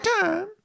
time